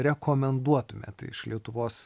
rekomenduotumėt iš lietuvos